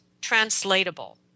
translatable